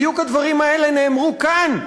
בדיוק הדברים האלה נאמרו כאן,